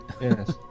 Yes